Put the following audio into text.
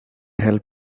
help